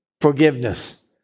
forgiveness